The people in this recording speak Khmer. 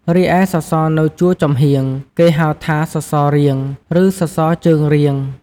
រីឯសសរនៅជួរចំហៀង គេហៅថាសសររៀង ឬសសរជើងរៀង។